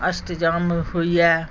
अष्टजाँम होइया